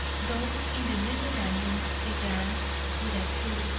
those in the memorandum began with a two,